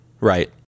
Right